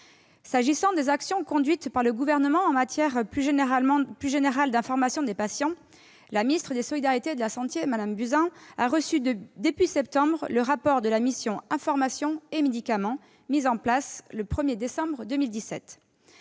S'agissant des actions conduites par le Gouvernement plus généralement en matière d'information des patients, la ministre des solidarités et de la santé, Agnès Buzyn, a reçu début septembre le rapport de la mission Information et médicament, mise en place le 1 décembre 2017.